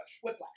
Whiplash